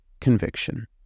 conviction